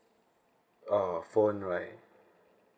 uh phone right